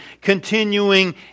continuing